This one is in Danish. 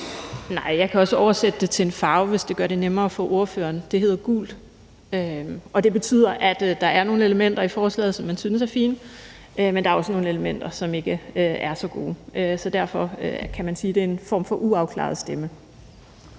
(SF): Jeg kan også oversætte det til en farve, hvis det gør det nemmere for ordføreren. Det hedder gult, og det betyder, at der er nogle elementer i forslaget, som man synes er fine, men der er også nogle elementer, som ikke er så gode. Så derfor kan man sige, at det er en form for uafklaret stemme.